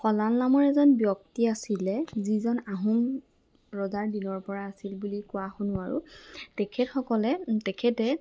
শলাল নামৰ এজন ব্যক্তি আছিলে যিজন আহোম ৰজাৰ দিনৰ পৰা আছিল বুলি কোৱা শুনো আৰু তেখেতসকলে তেখেতে